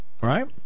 Right